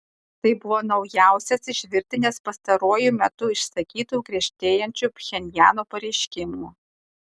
tai buvo naujausias iš virtinės pastaruoju metu išsakytų griežtėjančių pchenjano pareiškimų